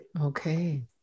Okay